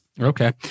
Okay